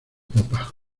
popa